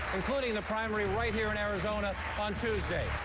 including the primary right here in arizona on tuesday.